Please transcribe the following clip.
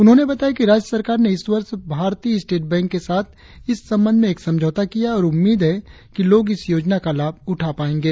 उन्होने बताया कि राज्य सरकार ने इस वर्ष भारतीय स्टेट बैंक के साथ इस संबंध में एक समझौता किया है और उम्मीद है कि लोग इस योजना का लाभ उठा सकेंगे